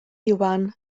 iwan